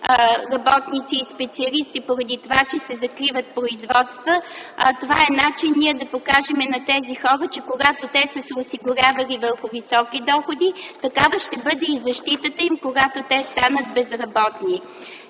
работници и специалисти, поради това, че се закриват производства, това е начин да покажем на тези хора, че когато те са се осигурявали върху високи доходи, такава ще бъде и защитата им, когато те станат безработни.